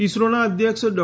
ઈસરોના અધ્યક્ષ ડો